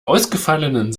ausgefallenen